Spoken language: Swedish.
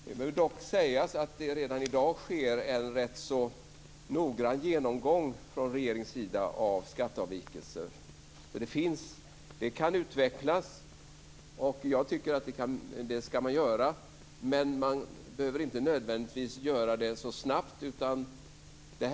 Det bör dock sägas att det redan i dag från regeringens sida sker en rätt noggrann genomgång av skatteavvikelser. Det kan utvecklas, och jag tycker att det ska göras, men man behöver inte nödvändigtvis göra det så snabbt.